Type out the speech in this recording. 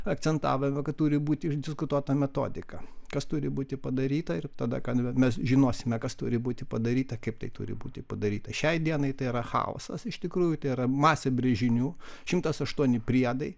akcentavome kad turi būti išdiskutuota metodika kas turi būti padaryta ir tada kai mes žinosime kas turi būti padaryta kaip tai turi būti padaryta šiai dienai tai yra chaosas iš tikrųjų tai yra masė brėžinių šimtas aštuoni priedai